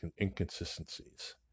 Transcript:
inconsistencies